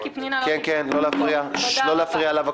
האלה כי הן עוסקות בתחולה של 5 שנים,